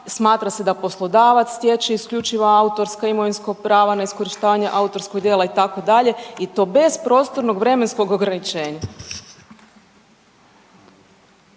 smatra se da poslodavac stječe isključivo autorsko imovinska prava na iskorištavanje autorskog djela itd., i to bez prostornog vremenskog ograničenja.